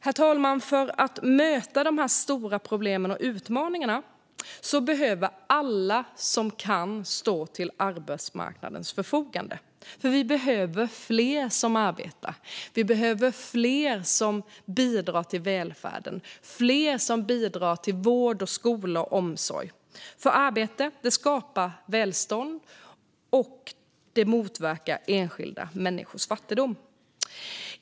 Herr talman! För att möta dessa stora problem och utmaningar behöver alla som kan stå till arbetsmarknadens förfogande. Vi behöver fler som arbetar, fler som bidrar till välfärden och fler som bidrar till vård, skola och omsorg. Arbete skapar välstånd och motverkar enskilda människors fattigdom.